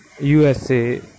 USA